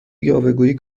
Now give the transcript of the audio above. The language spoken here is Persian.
یاوهگویی